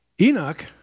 Enoch